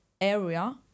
area